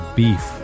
beef